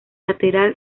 lateral